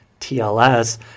TLS